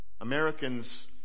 Americans